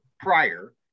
prior